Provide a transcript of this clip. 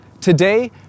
Today